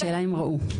השאלה אם ראו.